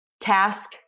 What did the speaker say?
Task